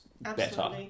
better